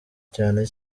cyane